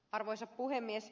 arvoisa puhemies